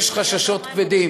יש חששות כבדים.